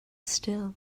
still